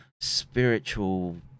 spiritual